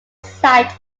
site